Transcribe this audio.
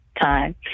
time